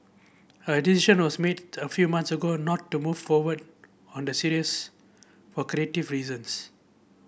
a decision was made a few months ago not to move forward on the series for creative reasons